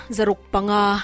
Zarukpanga